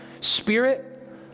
spirit